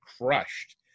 crushed